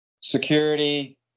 security